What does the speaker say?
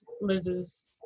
Liz's